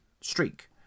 streak